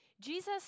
Jesus